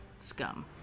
scum